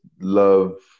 love